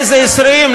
איזה 20?